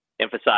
emphasize